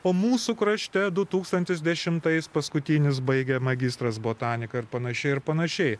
o mūsų krašte du tūkstantis dešimtais paskutinis baigė magistras botaniką ir panašiai ir panašiai